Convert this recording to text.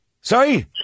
Sorry